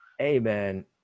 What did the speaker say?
Amen